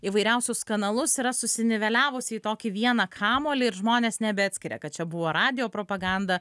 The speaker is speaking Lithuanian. įvairiausius kanalus yra susiniveliavusi į tokį vieną kamuolį ir žmonės nebeatskiria kad čia buvo radijo propaganda